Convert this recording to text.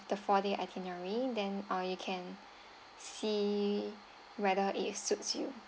the four day itinerary then uh you can see whether it suits you